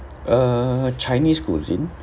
uh chinese cuisine